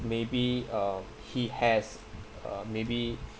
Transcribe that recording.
maybe uh he has uh maybe